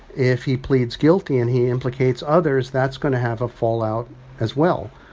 if he pleads guilty and he implicates others, that's going to have a fallout as well.